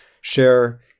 share